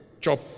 chop